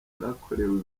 zakorewe